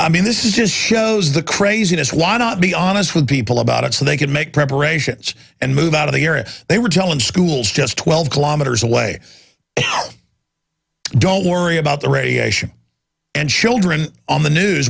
i mean this is just shows the craziness why not be honest with people about it so they could make preparations and move out of the area they were telling schools just twelve kilometers away don't worry about the radiation and children on the news